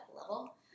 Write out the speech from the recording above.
level